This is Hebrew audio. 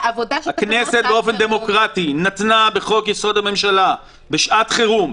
זה עבודה --- הכנסת באופן דמוקרטי נתנה בחוק יסוד: הממשלה בשעת חירום,